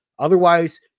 Otherwise